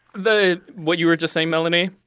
the what you were just saying, melanie.